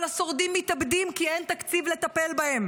אבל השורדים מתאבדים כי אין תקציב לטפל בהם,